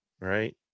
right